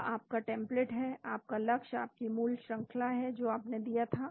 वह आपका टेम्पलेट है आपका लक्ष्य आपकी मूल श्रंखला है जो आपने दिया था